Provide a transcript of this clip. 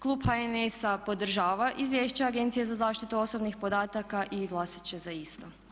Klub HNS-a podržava Izvješće Agencije za zaštitu osobnih podataka i glasat će za isto.